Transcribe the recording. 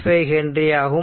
5 H ஆகும்